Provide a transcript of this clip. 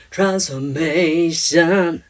Transformation